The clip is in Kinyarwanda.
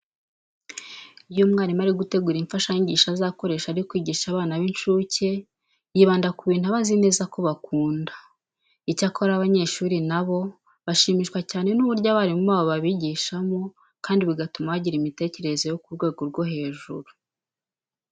Iyo umwarimu ari gutegura imfashanyigisho azakoresha ari kwigisha abana b'incuke yibanda ku bintu aba azi neza ko bakunda. Icyakora abanyeshuri na bo bashimishwa cyane n'uburyo abarimu babo babigishamo kandi bigatuma bagira imitekerereze yo ku rwego rwo hejuru.